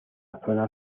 zona